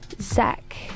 Zach